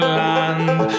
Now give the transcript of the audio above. land